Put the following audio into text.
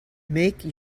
make